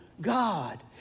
God